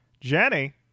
Jenny